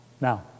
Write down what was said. Now